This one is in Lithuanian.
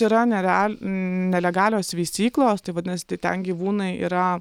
yra nereal nelegalios veisyklos tai vadinas tai ten gyvūnai yra